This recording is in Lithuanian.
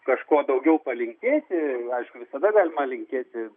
kažko daugiau palinkėti aišku visada gailma linkėti